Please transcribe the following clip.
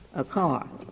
a car.